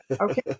Okay